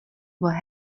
were